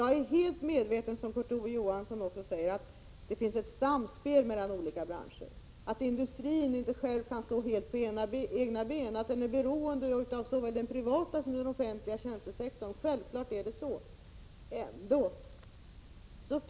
Jag är helt medveten om, som Kurt Ove Johansson också säger, att det finns ett samspel mellan olika branscher, att industrin inte själv kan stå helt på egna ben, att den är beroende av såväl den privata som den offentliga tjänstesektorn. Självklart är det så.